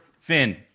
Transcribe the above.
Finn